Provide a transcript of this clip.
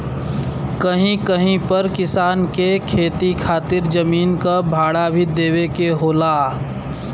कहीं कहीं पर किसान के खेती खातिर जमीन क भाड़ा भी देवे के होला